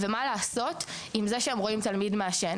ומה לעשות עם זה שהם רואים תלמיד מעשן.